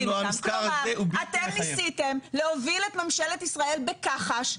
כלומר אתם ניסיתם להוביל את ממשלת ישראל בכחש,